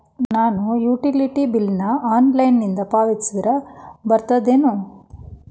ನಾನು utility bill ನ ಆನ್ಲೈನಿಂದ ಪಾವತಿಸಿದ್ರ ಬರ್ತದೇನು?